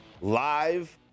Live